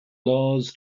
laws